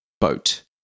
boat